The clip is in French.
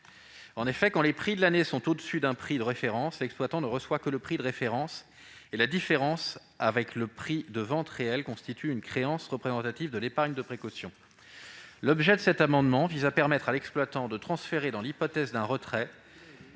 En effet, quand les prix de l'année sont au-dessus d'un prix de référence, l'exploitant ne reçoit que le prix de référence et la différence avec le prix de vente réel constitue une créance représentative de l'épargne de précaution. L'objet de cet amendement vise donc à permettre à l'exploitant de transférer, notamment dans l'hypothèse d'un retrait,